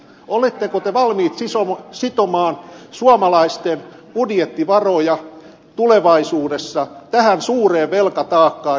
oletteko te valmiit sitomaan suomalaisten budjettivaroja tulevaisuudessa tähän suureen velkataakkaan joka on